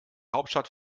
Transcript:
hauptstadt